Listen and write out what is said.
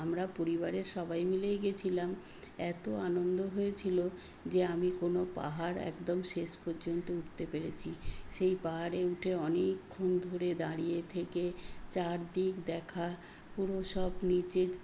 আমরা পরিবারের সবাই মিলেই গেছিলাম এতো আনন্দ হয়েছিলো যে আমি কোনও পাহাড় একদম শেষ পর্যন্ত উঠতে পেরেছি সেই পাহাড়ে উঠে অনেকক্ষণ ধরে দাঁড়িয়ে থেকে চারদিক দেখা পুরো সব নিচের